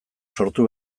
sortu